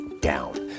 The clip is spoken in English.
down